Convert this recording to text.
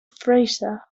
fraser